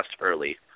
early